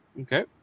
okay